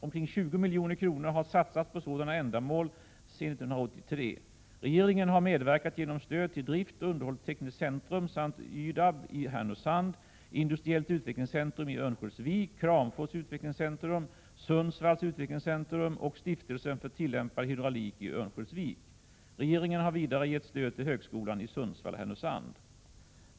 Omkring 20 milj.kr. har satsats på sådana ändamål sedan 1983. Regeringen har medverkat genom stöd till Driftoch underhållstekniskt centrum samt YDAB i Härnösand, Industriellt utvecklingscentrum i Örnsköldsvik, Kramfors Utvecklingscentrum, Sundsvalls Utvecklingscentrum och Stiftelsen för tillämpad hydraulik i Örnsköldsvik. Regeringen har vidare gett stöd till högskolan i Sundsvall/Härnösand.